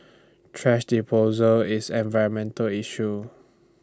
thrash disposal is environmental issue